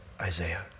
Isaiah